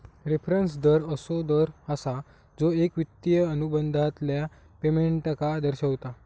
reference दर असो दर असा जो एक वित्तिय अनुबंधातल्या पेमेंटका दर्शवता